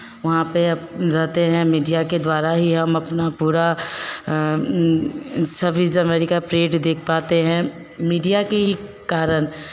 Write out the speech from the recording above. वहाँ पे रहते हैं तो मीडिया के द्वारा ही हम अपना पूरा छब्बीस जनवरी का पैरेड देख पाते हैं मीडिया के ही कारण